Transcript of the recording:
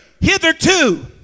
hitherto